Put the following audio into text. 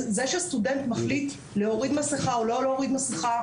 זה שסטודנט מחליט להוריד מסכה או לא להוריד מסכה,